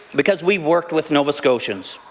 because we worked with nova scotians.